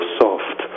soft